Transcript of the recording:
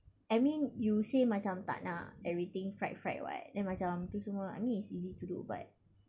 I mean you say macam tak nak everything fried fried [what] then macam tu semua I mean it's easy to do but